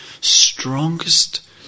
strongest